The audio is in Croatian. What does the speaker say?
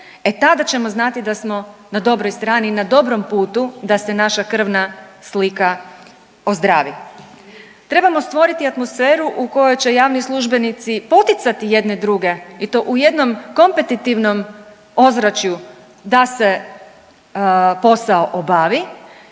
e tada ćemo znati da smo na dobroj strani i na dobrom putu da se naša krvna slika ozdravi. Trebamo stvoriti atmosferu u kojoj će javni službenici poticati jedne druge i to u jednom kompetitivnom ozračju da se posao obavi